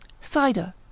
Cider